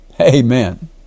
Amen